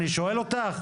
אני שואל אותך?